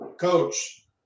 coach